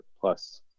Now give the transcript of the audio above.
plus